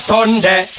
Sunday